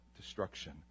destruction